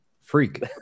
freak